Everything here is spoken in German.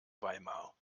weimar